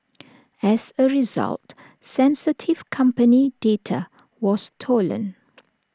as A result sensitive company data was stolen